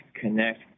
connect